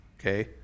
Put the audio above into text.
okay